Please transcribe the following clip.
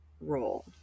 role